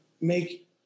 make